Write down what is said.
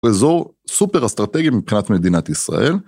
אזור סופר אסטרטגי מבחינת מדינת ישראל.